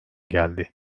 geldi